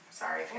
Sorry